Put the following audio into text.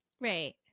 Right